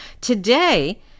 Today